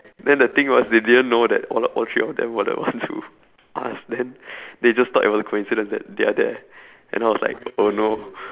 then the thing was they didn't know that a~ all three of them were the ones who asked then they just thought it was a coincidence that they're there and I was like oh no